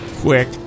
quick